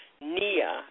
Nia